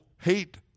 hate